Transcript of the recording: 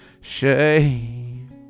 shame